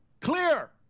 Clear